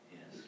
Yes